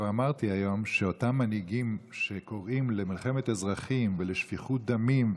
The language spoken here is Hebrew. כבר אמרתי היום שאותם מנהיגים שקוראים למלחמת אזרחים ולשפיכות דמים,